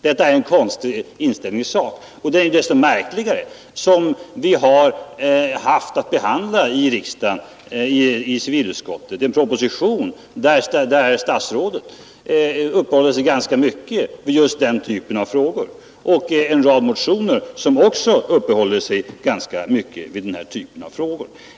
Det är en konstig inställning i sak, och den är desto märkligare som vi i civilutskottet haft att behandla en proposition där statsrådet uppehåller sig ganska mycket vid just detta och en rad motioner som också behandlar denna typ av frågor.